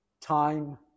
time